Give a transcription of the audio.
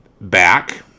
back